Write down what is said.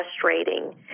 frustrating